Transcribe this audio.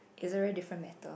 it's a really different matter